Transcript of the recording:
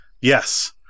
Yes